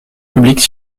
publique